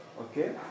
Okay